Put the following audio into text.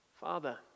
Father